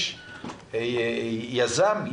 יש יזם,